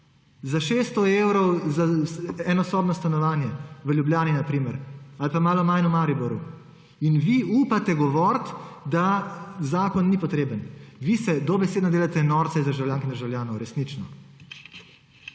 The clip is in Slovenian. Za 600 evrov za enosobno stanovanje v Ljubljani, na primer, ali pa malo manj v Mariboru. In vi upate govoriti, da zakon ni potreben! Vi se dobesedno delate norca iz državljank in državljanov, resnično.